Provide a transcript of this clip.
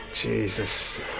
Jesus